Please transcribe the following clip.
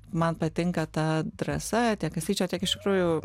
man patinka ta drąsa tiek kastyčio tiek iš tikrųjų